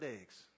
eggs